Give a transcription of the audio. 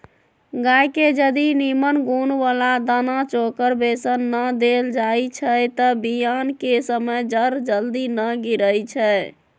गाय के जदी निम्मन गुण बला दना चोकर बेसन न देल जाइ छइ तऽ बियान कें समय जर जल्दी न गिरइ छइ